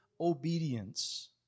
obedience